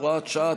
הוראת שעה,